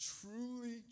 truly